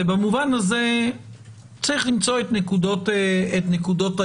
ובמובן הזה צריך למצוא את נקודות האיזון.